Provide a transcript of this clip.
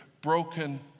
broken